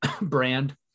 brand